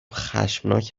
خشمناک